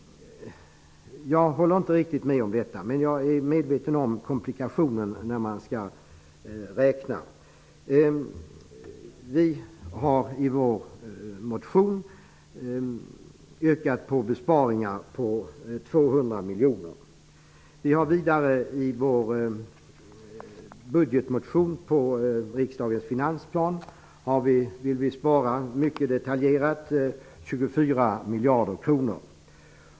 Jag håller inte riktigt med på den punkten. Jag är dock medveten om komplikationerna vid räkning. I vår motion yrkar vi på besparingar om 200 miljoner. Vidare säger vi, och det framgår av vår motion med anledning av riksdagens finansplan, mycket detaljerat att vi vill spara 24 miljarder kronor.